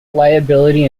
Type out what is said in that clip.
liability